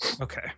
Okay